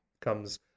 comes